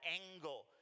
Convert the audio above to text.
angle